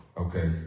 Okay